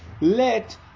Let